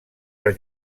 per